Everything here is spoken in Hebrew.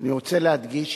אני רוצה להדגיש: